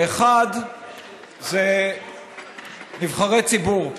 נקרא לזה: האחד זה נבחרי ציבור,